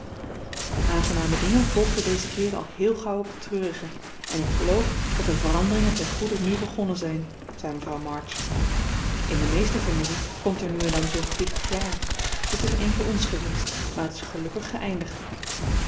de aangename dingen volgden dezen keer al heel gauw op de treurige en ik geloof dat de veranderingen ten goede nu begonnen zijn zei mevrouw march in de meeste families komt er nu en dan zoo'n gewichtig jaar dit is er een voor ons geweest maar het is gelukkig geëindigd